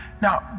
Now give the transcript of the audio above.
Now